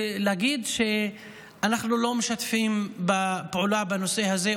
ולהגיד שאנחנו לא משתפים פעולה בנושא הזה,